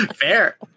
Fair